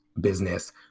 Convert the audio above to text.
business